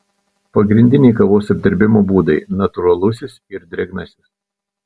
pagrindiniai kavos apdirbimo būdai natūralusis ir drėgnasis